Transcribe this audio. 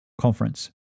Conference